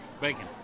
Bacon